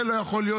זה לא יכול להיות.